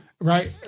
Right